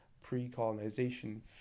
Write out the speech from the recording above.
pre-colonization